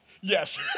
Yes